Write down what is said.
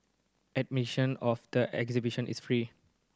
admission of the exhibition is free